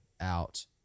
out